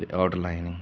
ਅਤੇ ਆਊਟਲਾਈਨ